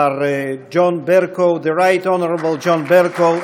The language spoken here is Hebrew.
מר ג'ון ברקו, The Right Honorable John Bercow,